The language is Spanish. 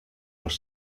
los